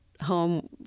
home